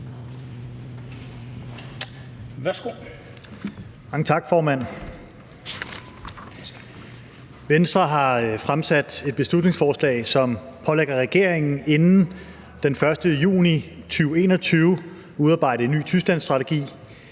Mange tak, formand. Venstre har fremsat et beslutningsforslag, som pålægger regeringen inden den 1. juni 2021 at udarbejde en ny Tysklandsstrategi.